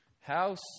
house